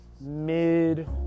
mid